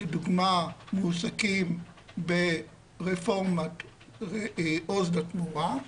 לדוגמה מועסקים ברפורמת עוז לתמורה,